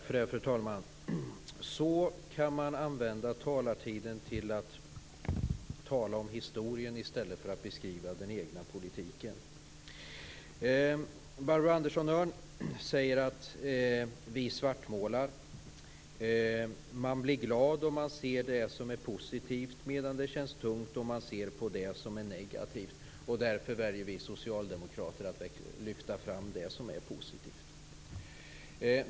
Fru talman! Så kan man använda talartiden; till att tala om historien i stället för att beskriva den egna politiken. Barbro Andersson Öhrn säger att vi svartmålar. Hon säger: Man blir glad om man ser på det som är positivt medan det känns tungt om man ser på det som är negativt. Därför väljer vi socialdemokrater att lyfta fram det som är positivt.